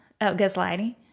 gaslighting